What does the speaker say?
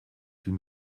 une